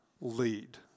lead